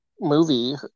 movie